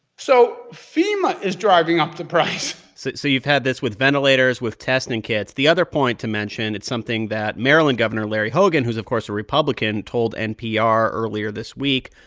so fema is driving up the price so so you've had this with ventilators, with testing kits. the other point to mention it's something that maryland gov. and larry hogan, who's, of course, a republican, told npr earlier this week.